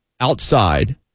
outside